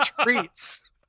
treats